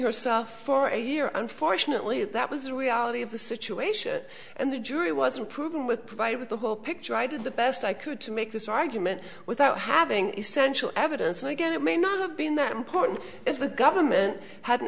herself for a year unfortunately that was reality of the situation and the jury wasn't proven with provided with the whole picture i did the best i could to make this argument without having essential evidence again it may not have been that important if the government hadn't